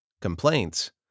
complaints